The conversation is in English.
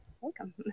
welcome